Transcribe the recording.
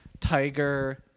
Tiger